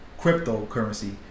cryptocurrency